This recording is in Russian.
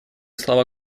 слова